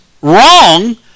wrong